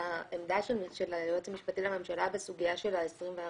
שהעמדה של היועץ המשפטי לממשלה בסוגיה של ה-24